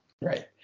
Right